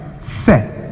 set